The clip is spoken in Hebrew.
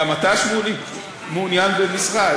גם אתה, שמולי, מעוניין במשרה?